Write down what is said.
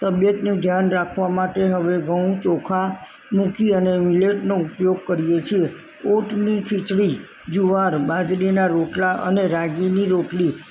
તબીયતનું ધ્યાન રાખવા માટે હવે ઘઉં ચોખા મૂકી અને મિલેટનો ઉપયોગ કરીએ છીએ ઓટની ખિચડી જુવાર બાજરીના રોટલા અને રાગીની રોટલી